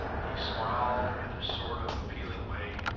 he smiled in a sort of appealing way,